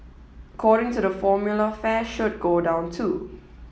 according to the formula fare should go down too